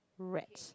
wretch